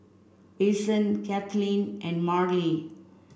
Ason Cathleen and Marlie